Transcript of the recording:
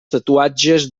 tatuatges